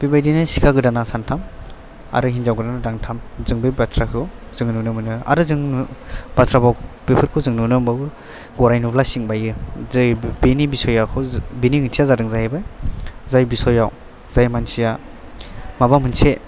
बेबादिनो सिखा गोदाना सानथाम आरो हिन्जाव गोदाना दानथाम जों बे बाथ्राखौ जोङो नुनो मोनो आरो जोङो बाथ्रा भाव बेफोरखौ जों नुनो मोनबावो गराय नुब्ला सिं बायो जै बेनि बिचयाखौ जों बेनि ओंथिया जादों जाहैबाय जाय बिचयआव जाय मानसिया माबा मोनसे